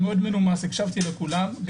הקשבתי לכולם בנימוס,